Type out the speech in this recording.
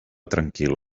tranquil